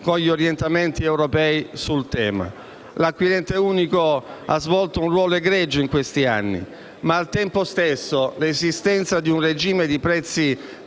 con gli orientamenti europei sul tema. L'acquirente unico ha svolto un ruolo egregio in questi anni, ma al tempo stesso l'esistenza di un regime di prezzi